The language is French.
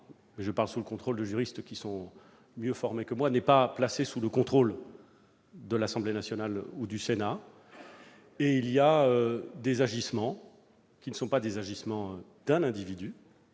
je parle sous le contrôle de juristes, qui sont mieux formés que moi -n'est pas placée sous le contrôle de l'Assemblée nationale ou du Sénat. Et il y a des agissements, qui ne sont pas les agissements d'un individu,